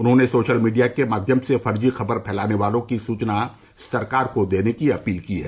उन्होंने social media के माध्यम से फर्जी खबर फैलाने वालों की सूचना सरकार को देने की अपील की है